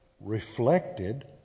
reflected